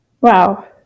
Wow